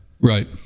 Right